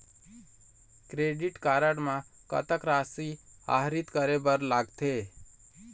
Credit card म कतक राशि आहरित करे बर लगथे?